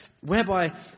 whereby